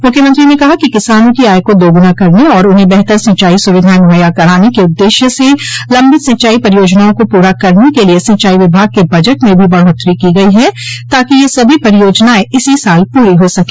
मुख्यमंत्री ने कहा कि किसानों की आय का दोगुना करने और उन्हें बेहतर सिंचाई सुविधाएं मुहैया कराने के उद्देश्य स लम्बित सिंचाई परियोजनाओं को पूरा करने के लिये सिंचाई विभाग के बजट में भी बढ़ोत्तरी की गई है ताकि यह सभी परियोजनाएं इसी साल पूरी हो सके